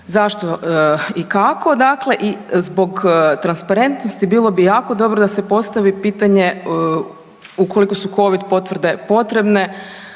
zašto i kako dakle i zbog transparentnosti, bilo bi jako dobro da se postavi pitanje ukoliko su COVID potvrde potrebne